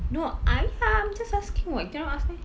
no I I'm just asking [what] you cannot ask meh